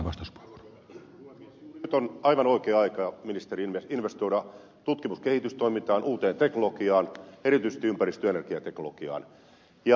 nyt on aivan oikea aika ministeri investoida tutkimus ja kehitystoimintaan uuteen teknologiaan erityisesti ympäristö ja energiateknologiaan